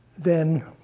then